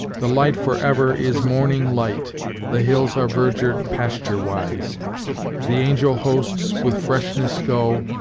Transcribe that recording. the light for ever is morning light the hills are verdured pasture-wise the angel hosts with freshness go,